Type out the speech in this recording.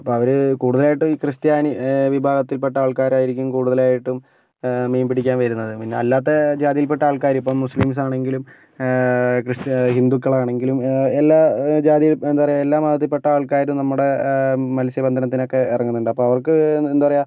അപ്പോൾ അവര് കൂടുതലായിട്ടും ഈ ക്രിസ്ത്യാനി വിഭാഗത്തിൽ പെട്ട ആൾക്കാരായിരിക്കും കൂടുതലായിട്ടും മീൻ പിടിക്കാൻ വരുന്നത് പിന്നെ അല്ലാത്ത ജാതിയിൽ പെട്ട ആൾക്കാര് ഇപ്പോൾ മുസ്ലിംസാണെങ്കിലും ക്രിസ്ത്യ ഹിന്ദുക്കളാണെങ്കിലും എല്ലാ ജാതിയില് എന്താ പറയുക എല്ലാ മതത്തിൽ പെട്ട ആൾക്കാരും നമ്മുടെ മത്സ്യബന്ധനത്തിനൊക്കെ ഇറങ്ങുന്നുണ്ട് അപ്പോൾ അവർക്ക് എന്താ പറയുക